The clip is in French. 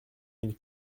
mille